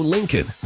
Lincoln